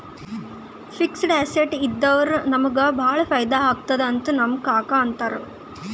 fixed assets ಇದ್ದುರ ನಮುಗ ಭಾಳ ಫೈದಾ ಆತ್ತುದ್ ಅಂತ್ ನಮ್ ಕಾಕಾ ಅಂತಾರ್